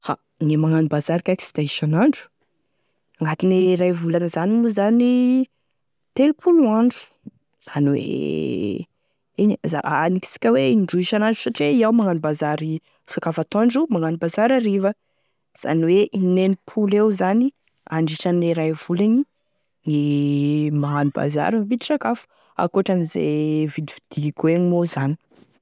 Ha gne magnano bazary kaiky sy da isan'andro, agnatine ray volany zany moa zany telopolo andro, zany hoe eny anisika indroy isan'andro satria iaho magnano bazary sakafo atoandro, magnano bazary hariva, izany hoe inenimpolo eo zany manditrane ray volagny gne magnano bazary mividy sakafo ankoatranize vidividiko egny moa zany.